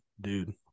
dude